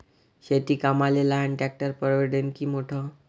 शेती कामाले लहान ट्रॅक्टर परवडीनं की मोठं?